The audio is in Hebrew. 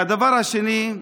והדבר השני,